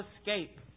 escape